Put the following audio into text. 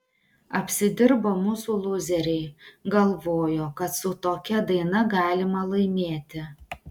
apsidirbo mūsų lūzeriai galvojo kad su tokia daina galima laimėti